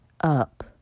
up